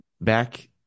back